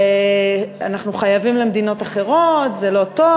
אנחנו חייבים למדינות אחרות, זה לא טוב.